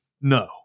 no